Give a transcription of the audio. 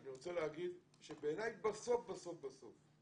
אני רוצה להגיד שבעיניי, בסוף בסוף בסוף,